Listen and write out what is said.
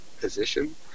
position